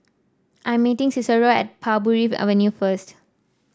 I am meeting Cicero at Parbury Avenue first